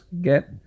Get